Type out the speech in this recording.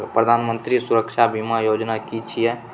प्रधानमंत्री सुरक्षा बीमा योजना कि छिए?